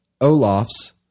Olaf's